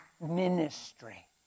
ministry